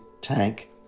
tank